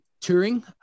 Touring